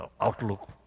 outlook